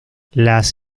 las